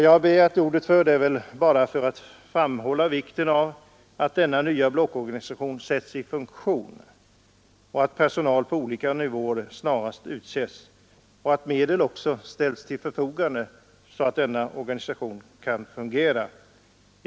Jag har begärt ordet bara för att framhålla vikten av att denna nya blockorganisation sätts i funktion, att personal på olika nivåer snarast utses och att medel ställs till förfogande så att denna organisation kan fungera.